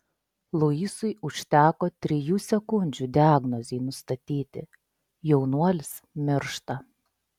luisui užteko trijų sekundžių diagnozei nustatyti jaunuolis miršta